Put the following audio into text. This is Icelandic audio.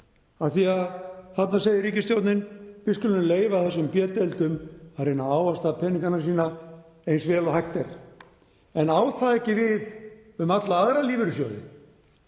af því að þarna segir ríkisstjórnin: Við skulum leyfa þessum B-deildum að reyna að ávaxta peningana sína eins vel og hægt er. En á það ekki við um alla aðra lífeyrissjóði?